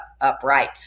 upright